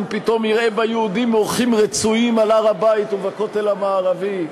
פתאום יראה ביהודים אורחים רצויים על הר-הבית ובכותל המערבי.